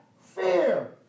fear